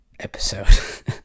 episode